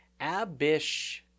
Abish